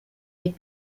les